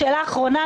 שאלה האחרונה,